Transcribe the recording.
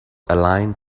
aligned